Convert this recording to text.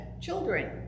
Children